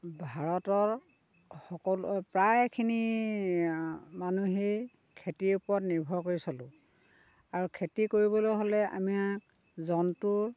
ভাৰতৰ সকলো প্ৰায়খিনি মানুহেই খেতিৰ ওপৰত নিৰ্ভৰ কৰি চলোঁ আৰু খেতি কৰিবলৈ হ'লে আমাক জন্তুৰ